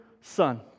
Son